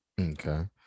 Okay